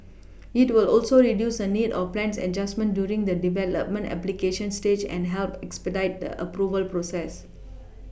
it will also reduce the need for plans adjustment during the development application stage and help expedite the Approval process